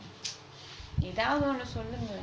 எதாவது ஒன்னு சொல்லுங்களேன்:ethavthu onnu sollungalaen